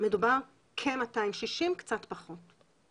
מדובר על כ-260, קצת פחות.